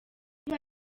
niba